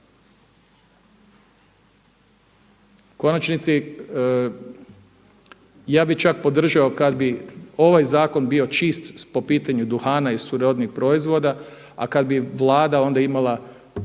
konačnici ja bih čak podržao kada bih ovaj zakon bio čist po pitanju duhana i srodnih proizvoda a kada bi Vlada onda imala,